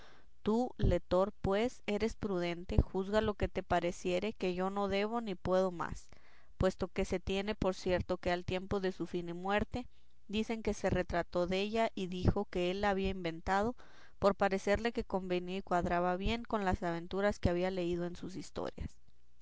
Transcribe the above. tú letor pues eres prudente juzga lo que te pareciere que yo no debo ni puedo más puesto que se tiene por cierto que al tiempo de su fin y muerte dicen que se retrató della y dijo que él la había inventado por parecerle que convenía y cuadraba bien con las aventuras que había leído en sus historias